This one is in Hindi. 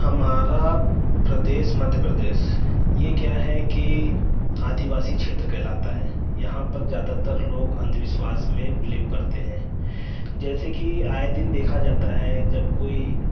हमारा प्रदेश मध्य प्रदेश ये क्या है कि आदिवासी क्षेत्र कहलाता है यहाँ पर ज्यादातर लोग अंधविश्वास में बिलीव करते हैं जैसे कि आए दिन देखा जाता है जब कोई